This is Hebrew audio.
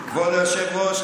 היושב-ראש,